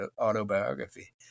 autobiography